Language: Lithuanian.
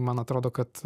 man atrodo kad